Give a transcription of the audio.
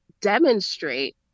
demonstrate